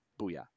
Booyah